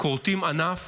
כורתים ענף